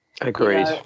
agreed